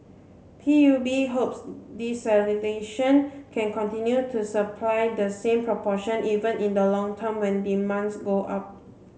P U B hopes desalination can continue to supply the same proportion even in the long term when demands go up